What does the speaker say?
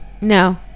No